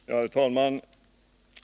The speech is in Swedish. Herr talman!